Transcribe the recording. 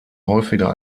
häufiger